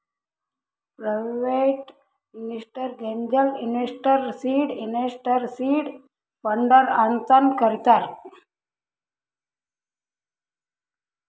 private ಇನ್ವೆಸ್ಟರ್ಗ angel investor, seed investor, seed funder ಅಂತಾನು ಕರಿತಾರ್